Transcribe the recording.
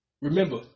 Remember